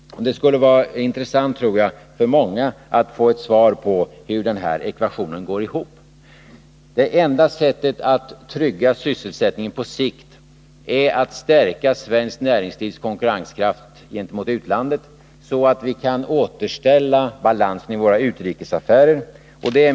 Det skulle vara intressant för många att få en förklaring till hur denna ekvation går ihop. Det enda sättet att trygga sysselsättningen på sikt är att stärka svenskt näringslivs konkurrenskraft gentemot utlandet, så att vi kan återställa balansen i våra utrikesaffärer.